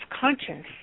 Conscience